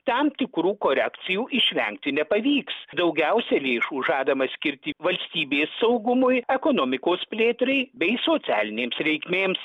tam tikrų korekcijų išvengti nepavyks daugiausia lėšų žadama skirti valstybės saugumui ekonomikos plėtrai bei socialinėms reikmėms